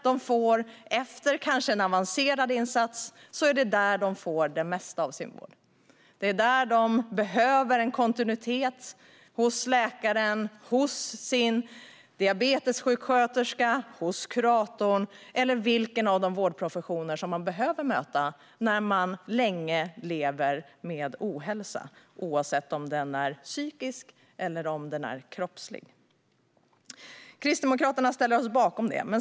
Efter en kanske avancerad insats är det där de får det mesta av sin vård. Det är där de behöver kontinuitet hos läkaren, diabetessjuksköterskan, kuratorn eller någon annan av de vårdprofessioner man behöver möta när man länge lever med ohälsa, oavsett om den är psykisk eller kroppslig. Vi i Kristdemokraterna ställer oss bakom detta.